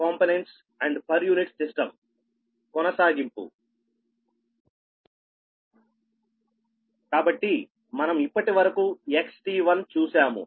కాబట్టి మనం ఇప్పటి వరకు XT1 చూసాము